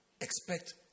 Expect